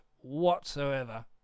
whatsoever